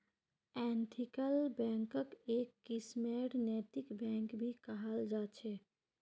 ethical बैंकक् एक किस्मेर नैतिक बैंक भी कहाल जा छे